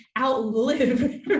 outlive